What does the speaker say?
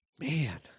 man